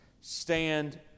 stand